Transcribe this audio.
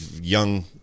young